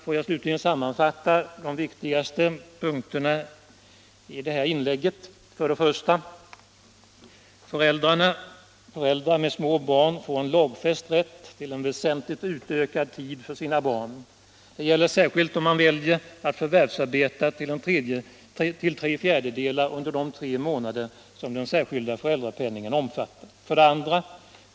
Får jag slutligen sammanfatta de viktigaste punkterna i det här inlägget. 1. Föräldrar med små barn får en lagfäst rätt till en väsentligt utökad tid för sina barn. Det gäller särskilt om de väljer att förvärvsarbeta till tre fjärdedelar under de tre månader som den särskilda föräldrapenningen omfattar. 2.